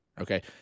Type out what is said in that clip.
okay